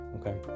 okay